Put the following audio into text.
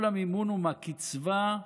כל המימון הוא מהקצבה,